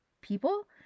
people